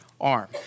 arm